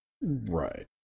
Right